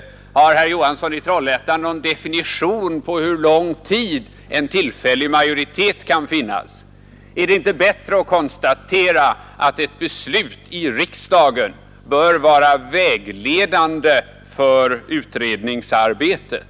Har herr Johansson i Trollhättan någon definition på hur lång tid en tillfällig majoritet kan finnas? Är det inte bättre att konstatera att ett beslut i riksdagen bör vara vägledande för utredningsarbetet?